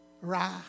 ra